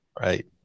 Right